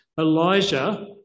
Elijah